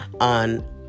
on